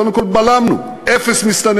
קודם כול בלמנו, אפס מסתננים.